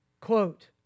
Quote